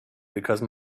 because